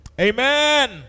Amen